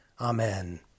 Amen